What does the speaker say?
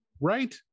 right